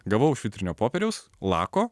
gavau švitrinio popieriaus lako